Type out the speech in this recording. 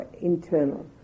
internal